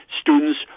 students